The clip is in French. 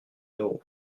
euros